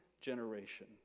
generation